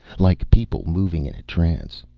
like people moving in a trance.